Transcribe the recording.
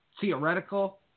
theoretical